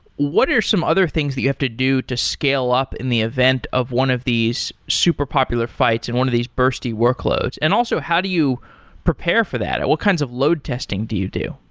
what are some other things that you have to do to scale up in the event of one of these super popular fights and one of these bursty workloads? and also, how do you prepare for that? what kinds of load testing do you do?